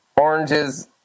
oranges